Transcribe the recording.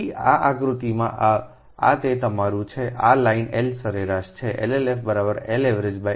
થી આ આકૃતિમાંથી આ તે તમારું છેઆ લાઇન L સરેરાશ છે